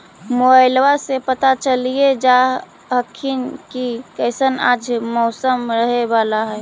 मोबाईलबा से पता चलिये जा हखिन की कैसन आज मौसम रहे बाला है?